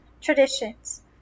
traditions